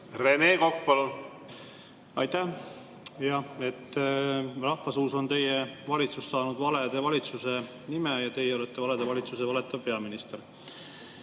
Rene Kokk, palun! Aitäh! Rahvasuus on teie valitsus saanud valede valitsuse nimetuse ja teie olete valede valitsuse valetav peaminister.